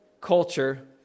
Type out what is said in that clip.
culture